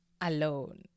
alone